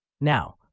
Now